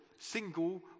single